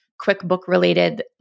QuickBook-related